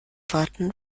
worten